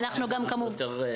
זה יותר מקל?